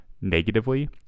negatively